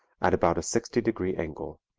at about a sixty degree angle.